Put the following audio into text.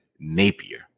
Napier